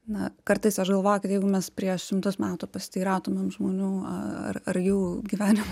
na kartais aš galvoju kad jeigu mes prieš šimtus metų pasiteirautumėm žmonių aaa ar ar jų gyvenimo